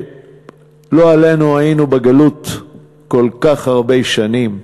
וכשלא עלינו היינו בגלות כל כך הרבה שנים,